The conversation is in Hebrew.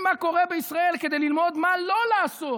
מה קורה בישראל כדי ללמוד מה לא לעשות,